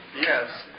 Yes